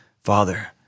Father